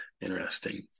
Interesting